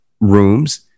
rooms